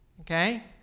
okay